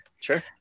Sure